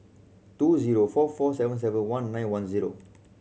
two zero four four seven seven one nine one zero